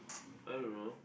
I don't know